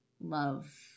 love